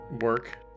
work